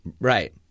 Right